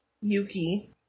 Yuki